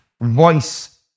Voice